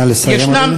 נא לסיים, אדוני.